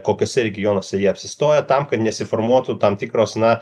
kokiuose regionuose jie apsistoja tam kad nesiformuotų tam tikros na